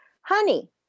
honey